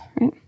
right